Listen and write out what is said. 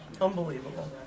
Unbelievable